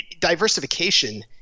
diversification